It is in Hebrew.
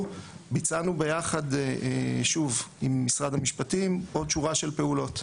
ביצענו ביחד עם משרד המשפטים עוד שורה של פעולות.